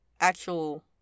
actual